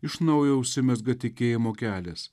iš naujo užsimezga tikėjimo kelias